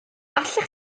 allech